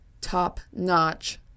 top-notch